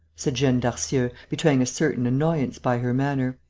said jeanne darcieux, betraying a certain annoyance by her manner.